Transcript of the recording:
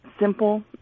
simple